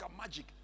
magic